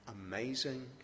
amazing